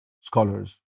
scholars